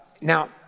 now